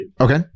Okay